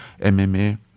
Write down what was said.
mma